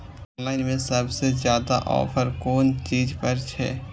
Online में सबसे ज्यादा ऑफर कोन चीज पर छे?